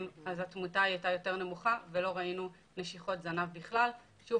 התמותה הייתה יותר נמוכה ולא ראינו נשיכות זנב בכלל שוב